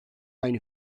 aynı